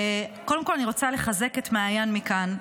קודם כול, אני רוצה לחזק את מעיין מכאן.